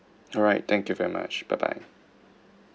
alright thank you very much bye bye